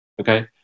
okay